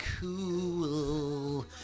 Cool